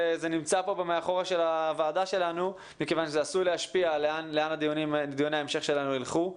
זה נמצא כאן מכיוון שזה עשוי להשפיע לאן דיוני ההמשך שלנו ילכו.